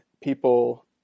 people